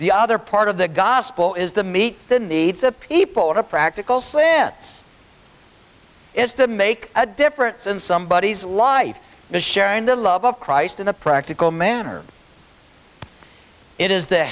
the other part of the gospel is the meet the needs of people in a practical sense is to make a difference in somebody's life is sharing the love of christ in a practical manner it is the